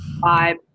Five